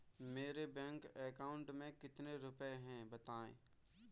मेरे bank account में कितने रुपए हैं बताएँ?